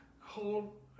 whole